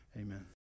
Amen